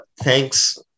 thanks